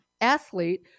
athlete